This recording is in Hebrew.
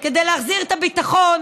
כדי להחזיר את הביטחון